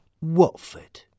Watford